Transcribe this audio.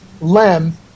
Lem